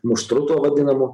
muštru tuo vadinamu